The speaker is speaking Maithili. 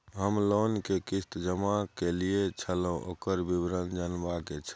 हम लोन के किस्त जमा कैलियै छलौं, ओकर विवरण जनबा के छै?